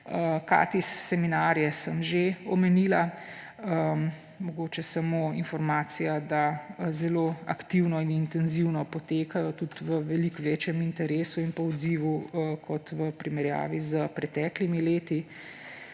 KATIS seminarje sem že omenila. Mogoče samo informacija, da zelo aktivno in intenzivno potekajo tudi v veliko večjem interesu in odzivu kot v primerjavi s preteklimi leti.